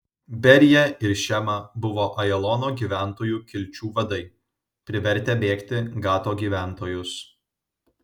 berija ir šema buvo ajalono gyventojų kilčių vadai privertę bėgti gato gyventojus